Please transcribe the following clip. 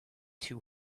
too